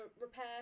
repair